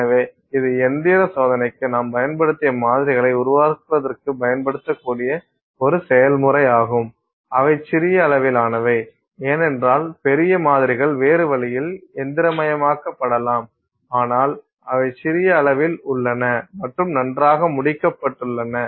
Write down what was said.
எனவே இது இயந்திர சோதனைக்கு நாம் பயன்படுத்தக்கூடிய மாதிரிகளை உருவாக்குவதற்குப் பயன்படுத்தக்கூடிய ஒரு செயல்முறை ஆகும் அவை சிறிய அளவிலானவை ஏனென்றால் பெரிய மாதிரிகள் வேறு வழியில் இயந்திரமயமாக்கப்படலாம் ஆனால் அவை சிறிய அளவில் உள்ளன மற்றும் நன்றாக முடிக்கப்பட்டுள்ளன